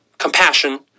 compassion